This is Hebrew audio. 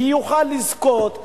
יוכל לזכות,